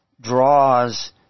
draws